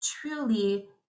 truly